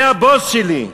זה הבוס שלי.